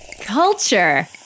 Culture